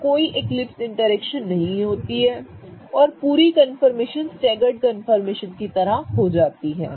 तो कोई eclipse interaction नहीं होती है और पूरी कन्फर्मेशन स्टेगर्ड कन्फर्मेशन की तरह हो जाती है